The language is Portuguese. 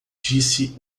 disse